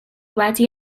wedi